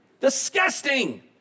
Disgusting